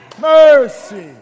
Mercy